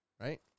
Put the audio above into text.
Right